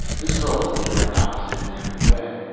this girl was the direct opposite in every way.